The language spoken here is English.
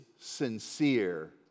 sincere